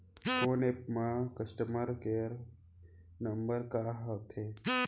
Phone पे म customer care number ह का होथे?